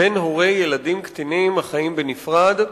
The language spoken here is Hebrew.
בין הורי ילדים קטינים החיים בנפרד,